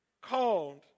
called